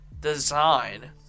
design